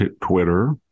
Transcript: Twitter